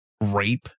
rape